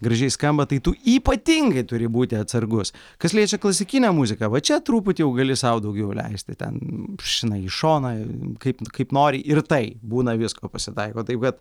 gražiai skamba tai tu ypatingai turi būti atsargus kas liečia klasikinę muziką va čia truputį jau gali sau daugiau leisti ten žinai į šoną kaip kaip nori ir tai būna visko pasitaiko taip kad